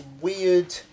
weird